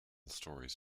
stories